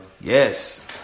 Yes